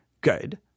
good